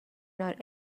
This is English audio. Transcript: not